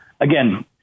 again